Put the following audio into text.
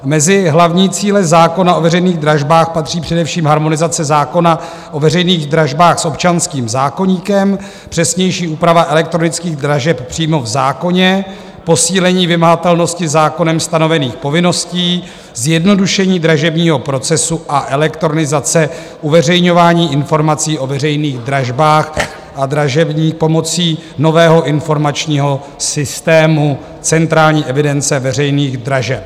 Mezi hlavní cíle zákona o veřejných dražbách patří především harmonizace zákona o veřejných dražbách s občanským zákoníkem, přesnější úprava elektronických dražeb přímo v zákoně, posílení vymahatelnosti zákonem stanovených povinností, zjednodušení dražebního procesu a elektronizace uveřejňování informací o veřejných dražbách a dražební pomocí nového informačního systému centrální evidence veřejných dražeb.